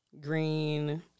green